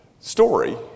story